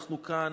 אנחנו כאן,